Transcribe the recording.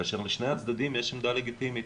לשני הצדדים יש עמדה לגיטימית.